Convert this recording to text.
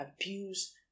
abuse